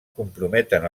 comprometen